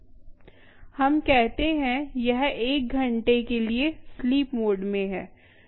हम कहते हैं यह एक घंटे के लिए स्लीप मोड में है